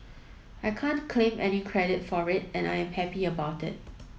I can't claim any credit for it and I'm happy about that